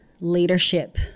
leadership